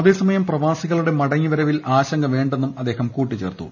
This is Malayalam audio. അതേസമയം പ്രവാസികളുടെ മടങ്ങിവരവിൽ ആശങ്ക വേണ്ടെന്നും അദ്ദേഹം കൂട്ടിച്ചേർത്തു